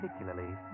particularly